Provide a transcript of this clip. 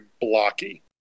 blocky